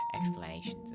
explanations